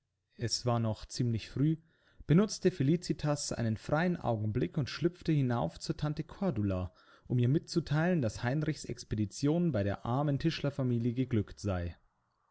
es war noch ziemlich früh benutzte felicitas einen freien augenblick und schlüpfte hinauf zur tante cordula um ihr mitzuteilen daß heinrichs expedition bei der armen tischlerfamilie geglückt sei